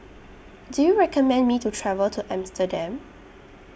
Do YOU recommend Me to travel to Amsterdam